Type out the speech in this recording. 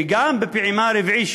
וגם בפעימה הרביעית,